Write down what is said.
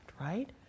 right